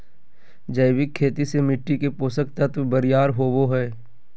जैविक खेती से मिट्टी के पोषक तत्व बरियार होवो हय